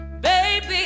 Baby